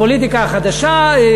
הפוליטיקה החדשה,